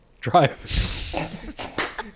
drive